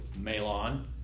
Malon